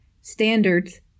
standards